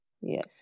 yes